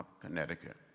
Connecticut